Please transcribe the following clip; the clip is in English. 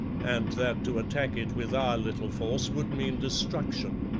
and that to attack it with our little force would mean destruction.